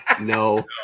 no